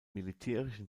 militärischen